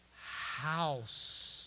house